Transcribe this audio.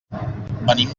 venim